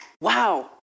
Wow